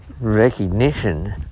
recognition